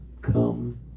come